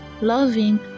loving